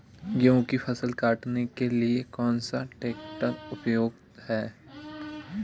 गेहूँ की फसल काटने के लिए कौन सा ट्रैक्टर उपयुक्त है?